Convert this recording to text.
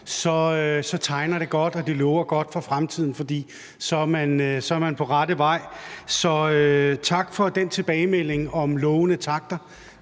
tegner det godt, og det lover godt for fremtiden, for så er man på rette vej. Så tak for den tilbagemelding om lovende takter.